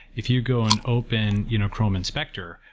if you go and open you know chrome and specter,